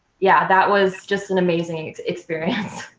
yeah that was just an amazing experience?